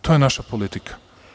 To je naša politika.